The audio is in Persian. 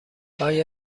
آیا